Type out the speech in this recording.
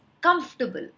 comfortable